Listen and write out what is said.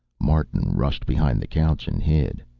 martin rushed behind the couch and hid.